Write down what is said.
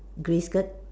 grey skirt